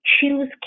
choose